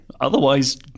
otherwise